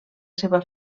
seva